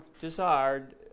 desired